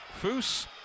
Foose